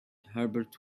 herbert